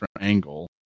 angle